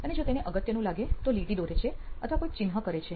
અને જો તેને અગત્યનું લાગે તો તે લીટી દોરે છે અથવા કોઈ ચિહ્ન કરે છે